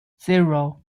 zero